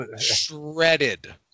Shredded